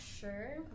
sure